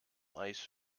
ice